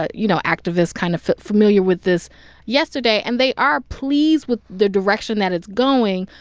ah you know, activists kind of familiar with this yesterday, and they are pleased with the direction that it's going.